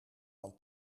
dan